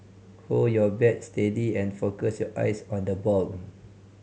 hold your bat steady and focus your eyes on the ball